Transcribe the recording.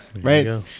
right